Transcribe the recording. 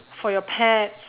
for your pets